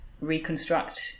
reconstruct